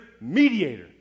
mediator